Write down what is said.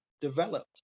developed